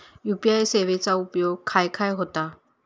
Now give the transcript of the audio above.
UPI सेवेचा उपयोग खाय खाय होता?